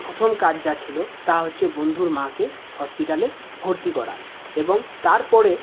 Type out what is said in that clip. প্রথম কাজ যা ছিল তা হচ্ছে বন্ধুর মাকে হসপিটালে ভর্তি করা এবং তারপরে